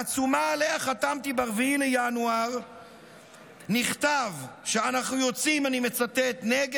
בעצומה שעליה חתמתי ב-4 בינואר נכתב: "אנחנו יוצאים נגד